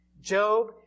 Job